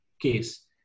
case